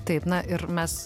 taip na ir mes